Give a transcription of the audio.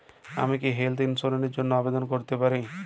আমি কি health insurance র জন্য আবেদন করতে পারি?